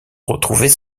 retrouvait